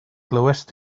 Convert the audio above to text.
glywaist